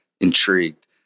intrigued